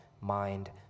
mind